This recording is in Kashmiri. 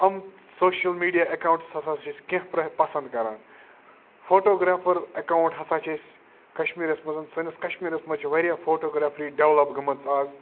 یِم سوشَل میٖڈیا اٮ۪کاوُنٛٹٕس ہَسا چھِ أسۍ کیٚنٛہہ پَسنٛد کَران فوٹوگرٛیفَر اٮ۪کاوُنٛٹ ہَسا چھِ أسۍ کَشمیٖرَس منٛز سٲنِس کَشمیٖرَس منٛز چھِ واریاہ فوٹوگرٛیفری ڈٮ۪ولَپ گٔمٕژ آز